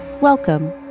Welcome